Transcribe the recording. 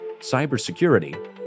cybersecurity